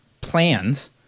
plans